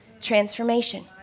transformation